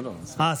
לא, אצלי.